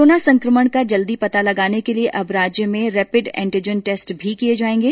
corona संक्रमण का जल्दी पता लगाने के लिए अब राज्य में रेपिड एन्टीजन टेस्ट भी किये जाएंगे